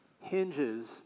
hinges